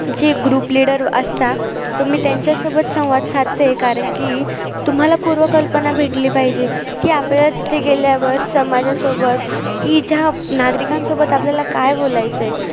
जे group leader असता so मी त्यांच्यासोबत संवाद साधते आहे कारण की तुम्हाला पूर्वकल्पना भेटली पाहिजे की आपल्याला तिथे गेल्यावर समाजासोबत की ज्या नागरिकांसोबत आपल्याला काय बोलायचं आहे